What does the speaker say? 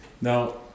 Now